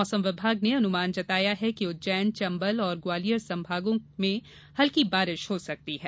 मौसम विभाग ने अनुमान जताया है कि उज्जैन चम्बल और ग्वालियर संभागों के जिलों में हल्की बारिश हो सकती है